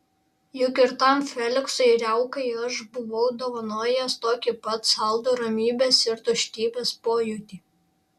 juk ir tam feliksui riaukai aš buvau dovanojęs tokį pat saldų ramybės ir tuštybės pojūtį